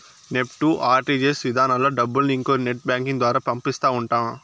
NEFT, RTGS ఇధానాల్లో డబ్బుల్ని ఇంకొకరి నెట్ బ్యాంకింగ్ ద్వారా పంపిస్తా ఉంటాం